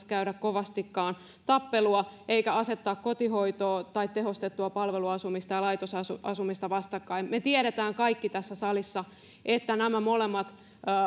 käydä kovastikaan tappelua ei myöskään kannata asettaa vastakkain kotihoitoa tai tehostettua palveluasumista ja laitosasumista me tiedämme kaikki tässä salissa että nämä molemmat